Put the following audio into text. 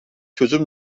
çözüm